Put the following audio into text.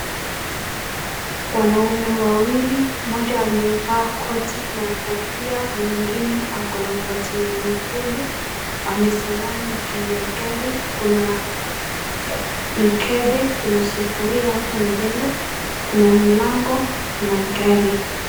Wanaume wawili mmoja amevaa koti na kofia mwingine ako na koti ya nyekundu amesimaa juuu ya gari. Kuna mkembe, kuna sufuria hapo mbele, kuna mlango na gari.